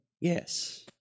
yes